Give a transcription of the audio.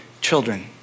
children